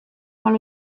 quand